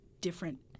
different